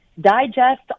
digest